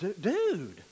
dude